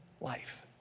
life